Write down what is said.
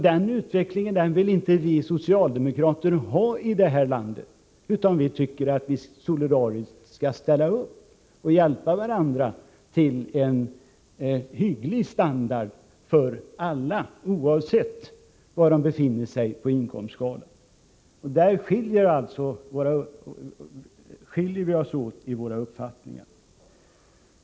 Den utvecklingen vill inte vi socialdemokrater ha i det här landet, utan vi tycker att man solidariskt skall ställa upp och hjälpa varandra till en hygglig standard för alla, oavsett var de befinner sig på inkomstskalan. Där skiljer vi oss alltså åt i våra uppfattningar.